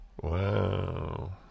Wow